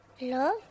love